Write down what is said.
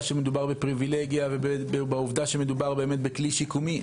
שמדובר בפריבילגיה ומדובר בכלי שיקומי.